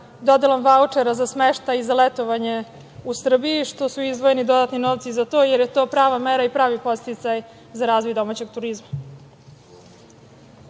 dodelom vaučera za smeštaj i za letovanje u Srbiji, što su izdvojeni dodatni novci za to, jer je to prava mera i prvi podsticaj za razvoj domaćeg